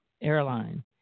Airline